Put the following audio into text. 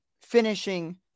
finishing